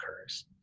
occurs